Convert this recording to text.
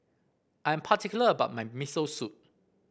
I am particular about my Miso Soup